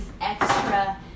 extra